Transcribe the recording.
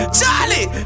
Charlie